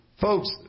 Folks